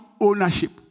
ownership